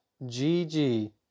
gg